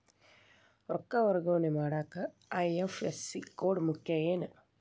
ರೊಕ್ಕ ವರ್ಗಾವಣೆ ಮಾಡಾಕ ಐ.ಎಫ್.ಎಸ್.ಸಿ ಕೋಡ್ ಮುಖ್ಯ ಏನ್